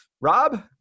Rob